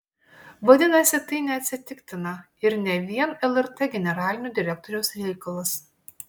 vadinasi tai neatsitiktina ir ne vien lrt generalinio direktoriaus reikalas